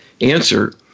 answer